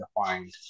defined